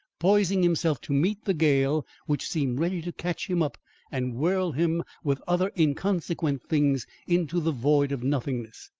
poising himself to meet the gale which seemed ready to catch him up and whirl him with other inconsequent things into the void of nothingness.